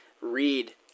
read